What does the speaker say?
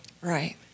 Right